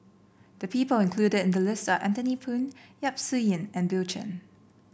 the people included in the list are Anthony Poon Yap Su Yin and Bill Chen